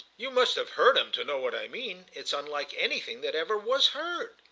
you must have heard him to know what i mean it's unlike anything that ever was heard.